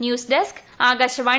news desk Akashvani